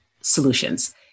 solutions